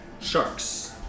Sharks